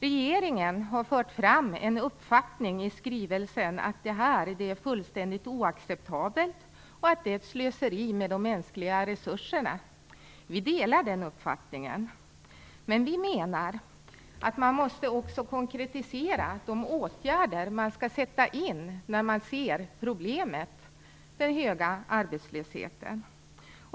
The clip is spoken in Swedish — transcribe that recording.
Regeringen har fört fram en uppfattning i skrivelsen, att det här är fullständigt oacceptabelt och att det är ett slöseri med de mänskliga resurserna. Vi delar den uppfattningen. Men vi menar att man också måste konkretisera de åtgärder man skall sätta in när man ser problemet med den höga arbetslösheten.